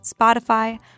Spotify